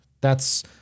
That's-